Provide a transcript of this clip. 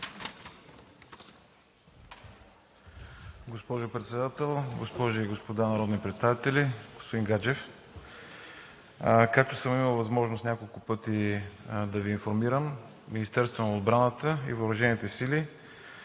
Госпожо Председател, госпожи и господа народни представители! Господин Гаджев, както съм имал възможност няколко пъти да Ви информирам, Министерството на отбраната и въоръжените сили